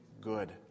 good